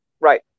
Right